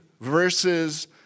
versus